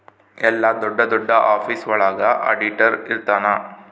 ಎಲ್ಲ ದೊಡ್ಡ ದೊಡ್ಡ ಆಫೀಸ್ ಒಳಗ ಆಡಿಟರ್ ಇರ್ತನ